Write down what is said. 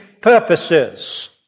purposes